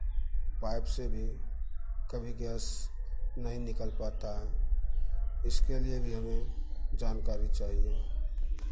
pipe से भी कभी गैस नहीं निकल पाता है इसके लिए भी हमें जानकारी चाहिए